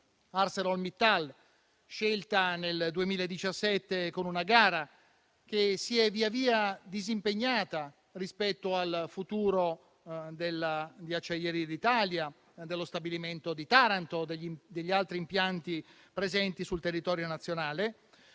ArcelorMittal, scelta nel 2017 con una gara, che si è via via disimpegnata rispetto al futuro di Acciaierie d'Italia, dello stabilimento di Taranto, degli altri impianti presenti sul territorio nazionale.